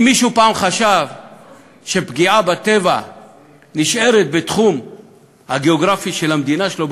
אם מישהו פעם חשב שפגיעה בטבע נשארת בתחום הגיאוגרפי של המדינה שלו,